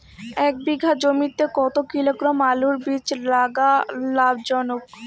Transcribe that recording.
এক বিঘা জমিতে কতো কিলোগ্রাম আলুর বীজ লাগা লাভজনক?